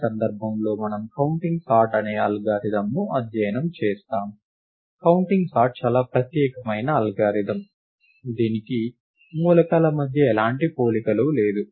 ఈ సందర్భంలో మనము కౌంటింగ్ సార్ట్ అనే అల్గోరిథంను అధ్యయనం చేస్తాము కౌంటింగ్ సార్ట్ చాలా ప్రత్యేకమైన అల్గోరిథం దీనికి మూలకాల మధ్య ఎలాంటి పోలికలు లేదు